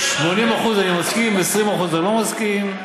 ל-80% אני מסכים, ל-20% אני לא מסכים.